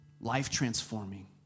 life-transforming